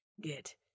Get